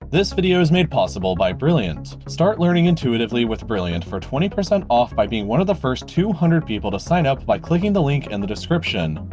this video is made possible by brilliant. start learning intuitively with brilliant for twenty percent off by being one of the first two hundred people to sign up by clicking the link in and the description.